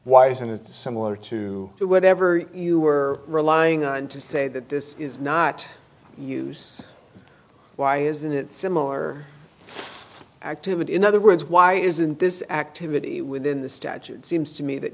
why isn't it similar to whatever you were relying on to say that this is not use why is that a similar activity in other words why isn't this activity within the statute seems to me that